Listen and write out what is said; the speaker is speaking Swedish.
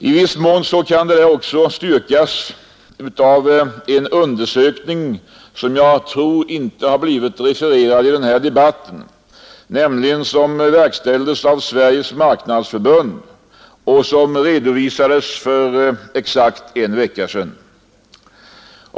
I viss mån kan detta också styrkas av en undersökning som verkställts av Sveriges marknadsförbund och som redovisades för exakt en vecka sedan men som såvitt jag vet hittills inte blivit refererad i denna debatt.